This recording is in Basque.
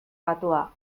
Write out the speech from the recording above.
batua